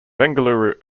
bengaluru